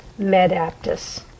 Medaptis